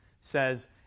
says